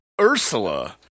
Ursula